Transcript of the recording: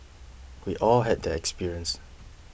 we all had that experience